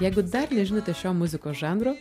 jeigu dar nežinote šio muzikos žanro